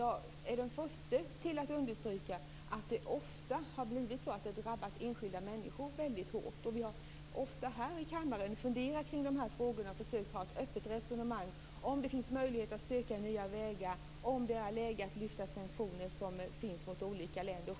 Jag är den första att understryka att enskilda människor ofta har drabbats hårt. Vi har ofta här i kammaren funderat kring de här frågorna och försökt ha ett öppet resonemang om det finns möjlighet att söka nya vägar och om det är läge att lyfta sanktioner som finns mot olika länder.